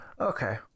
okay